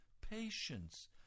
patience